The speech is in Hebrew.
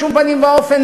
בשום פנים ואופן,